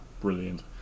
brilliant